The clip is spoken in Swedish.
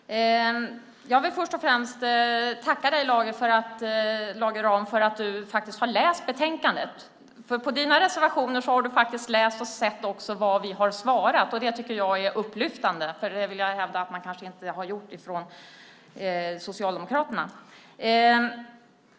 Herr talman! Jag vill börja med att tacka Lage Rahm för att han faktiskt har läst betänkandet. Av hans reservationer framgår att han också läst vad vi har svarat. Det tycker jag är upplyftande. Jag vill hävda att man kanske inte har gjort det från Socialdemokraternas sida.